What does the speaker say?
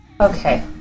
Okay